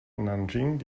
nanjing